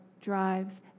drives